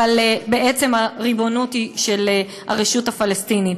אבל בעצם הריבונות היא של הרשות הפלסטינית.